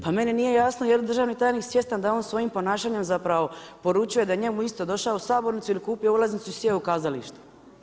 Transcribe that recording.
Pa meni nije jasno jel' državni tajnik svjestan da on svojim ponašanjem zapravo poručuje da je njemu isto došao u sabornicu ili kupio ulaznicu i sjeo u kazalište.